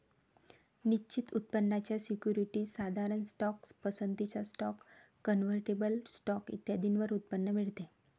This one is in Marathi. निश्चित उत्पन्नाच्या सिक्युरिटीज, साधारण स्टॉक, पसंतीचा स्टॉक, कन्व्हर्टिबल स्टॉक इत्यादींवर उत्पन्न मिळते